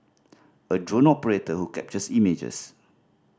a drone operator who captures images